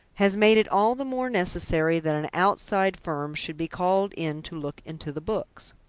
has made it all the more necessary that an outside firm should be called in to look into the books.